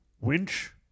winch